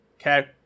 Okay